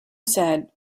said